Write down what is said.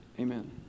amen